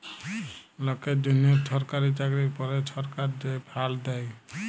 লকের জ্যনহ ছরকারি চাকরির পরে ছরকার যে ফাল্ড দ্যায়